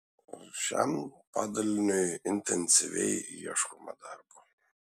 šiam padaliniui intensyviai ieškoma darbo